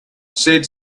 said